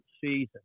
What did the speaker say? season